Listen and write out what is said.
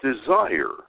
desire